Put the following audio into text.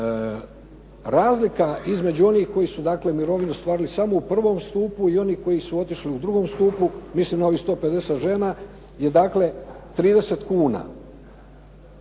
Razlika između onih koji su dakle mirovinu ostvarili samo u I. stupu i oni koji su otišli u II. stupu, mislim na ovih 150 žena je dakle 30 kuna.